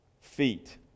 feet